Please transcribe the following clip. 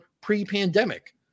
pre-pandemic